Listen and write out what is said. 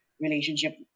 relationship